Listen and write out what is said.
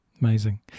amazing